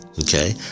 okay